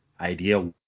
idea